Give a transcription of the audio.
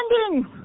ending